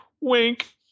Wink